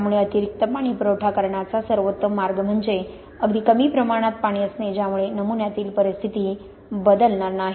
त्यामुळे अतिरिक्त पाणी पुरवठा करण्याचा सर्वोत्तम मार्ग म्हणजे अगदी कमी प्रमाणात पाणी असणे ज्यामुळॆ नमुन्यातील परिस्थिती बदलणार नाही